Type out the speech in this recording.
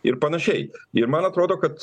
ir panašiai ir man atrodo kad